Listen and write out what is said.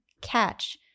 catch